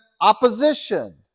opposition